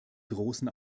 großen